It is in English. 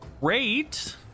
great